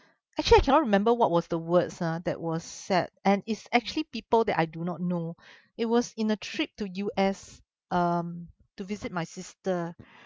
actually I cannot remember what was the words ah that was said and it's actually people that I do not know it was in a trip to U_S um to visit my sister